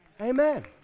Amen